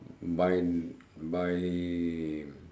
by by